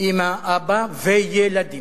אמא אבא וילדים.